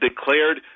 declared